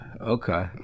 Okay